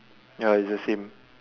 ya it's the same